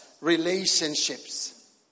relationships